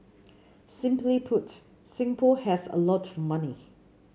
simply put Singapore has a lot of money